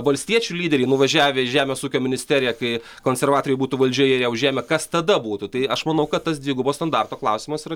valstiečių lyderiai nuvažiavę į žemės ūkio ministeriją kai konservatoriai būtų valdžioje ją užėmę kas tada būtų tai aš manau kad tas dvigubo standarto klausimas yra